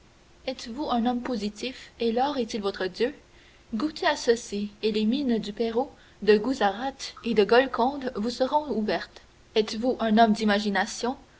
êtes-vous un homme positif et l'or est-il votre dieu goûtez à ceci et les mines du pérou de guzarate et de golconde vous seront ouvertes êtes-vous un homme d'imagination